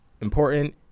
important